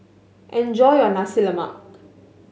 enjoy your Nasi Lemak